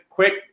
quick